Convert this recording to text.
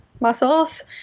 muscles